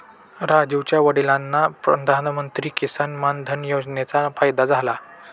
राजीवच्या वडिलांना प्रधानमंत्री किसान मान धन योजनेचा फायदा झाला